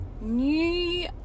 new